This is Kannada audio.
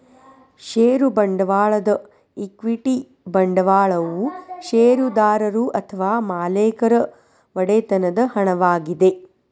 ಷೇರು ಬಂಡವಾಳದ ಈಕ್ವಿಟಿ ಬಂಡವಾಳವು ಷೇರುದಾರರು ಅಥವಾ ಮಾಲೇಕರ ಒಡೆತನದ ಹಣವಾಗಿದೆ